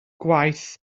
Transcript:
gwaith